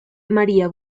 maría